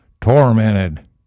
tormented